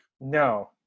no